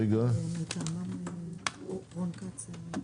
רון כץ.